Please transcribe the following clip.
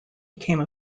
became